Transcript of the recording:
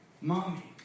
mommy